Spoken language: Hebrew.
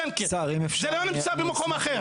זה לא נמצא במקום אחר.